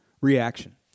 reaction